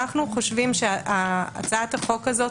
אנו חושבים שהצעת החוק הזו